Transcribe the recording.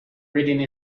reading